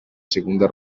segunda